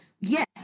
yes